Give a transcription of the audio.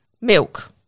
milk